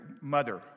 mother